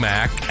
Mac